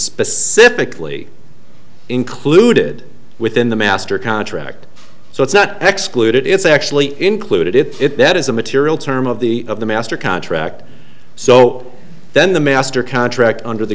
specifically included within the master contract so it's not excluded it's actually included in it that is a material term of the of the master contract so then the master contract under the